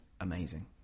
amazing